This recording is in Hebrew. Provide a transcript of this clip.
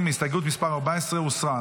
הסתייגות מס' 14 הוסרה.